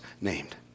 named